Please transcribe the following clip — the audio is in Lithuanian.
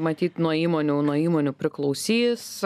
matyt nuo įmonių nuo įmonių priklausys